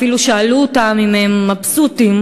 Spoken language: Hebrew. אפילו שאלו אותם אם הם מבסוטים.